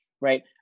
right